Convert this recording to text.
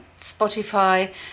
Spotify